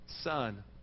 son